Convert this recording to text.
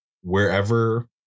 wherever